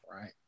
right